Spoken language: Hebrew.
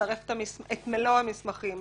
ומצרף את מלוא הממסכים,